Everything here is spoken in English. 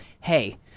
Hey